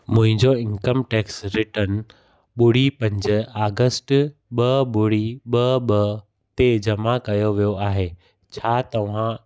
मुंहिंजो income tax return ॿुड़ी पंज अगस्ट ॿ ॿुड़ी ॿ ॿ टे जमा कयो वियो आहे छा तव्हां